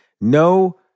No